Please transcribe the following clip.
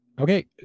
Okay